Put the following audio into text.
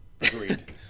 agreed